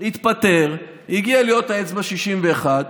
התפטר, הגיע להיות האצבע ה-61,